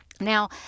Now